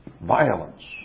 Violence